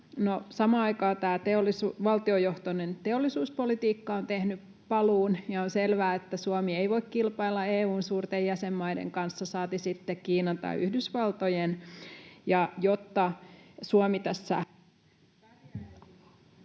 samaan aikaan valtiojohtoinen teollisuuspolitiikka on tehnyt paluun, ja on selvää, että Suomi ei voi kilpailla EU:n suurten jäsenmaiden kanssa, saati sitten Kiinan tai Yhdysvaltojen. Jotta Suomi tässä